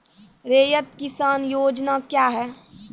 रैयत किसान योजना क्या हैं?